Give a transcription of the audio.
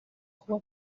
kuwo